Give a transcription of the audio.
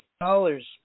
dollars